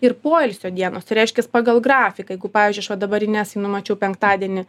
ir poilsio dienos tai reiškias pagal grafiką jeigu pavyzdžiui aš va dabar inesai numačiau penktadienį